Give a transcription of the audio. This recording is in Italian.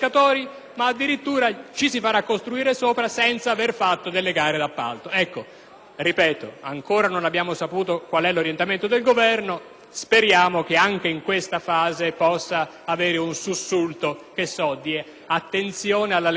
appalto. Ancora non abbiamo saputo quale sia l'orientamento del Governo sulla questione; speriamo che anche in questa fase possa avere un sussulto di attenzione alla legalità nazionale piuttosto che a quella internazionale, visto e considerato come l'hanno codificato all'interno del Trattato.